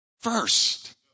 first